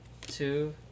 two